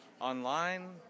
online